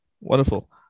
wonderful